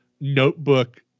notebook